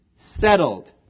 Settled